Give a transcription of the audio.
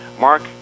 Mark